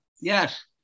Yes